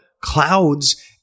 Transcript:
clouds